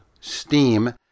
Steam